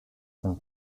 von